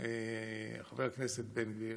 חבר הכנסת בן גביר,